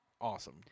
awesome